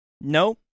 nope